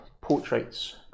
portraits